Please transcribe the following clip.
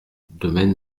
domaine